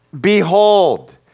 behold